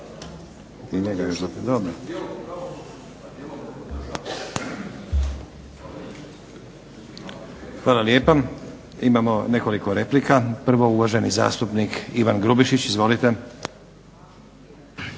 hvala lijepa. Imamo nekoliko replika. Prvo uvaženi zastupnik Ivan Grubišić. Izvolite.